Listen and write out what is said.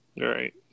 Right